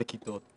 בכיתות.